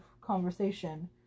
conversation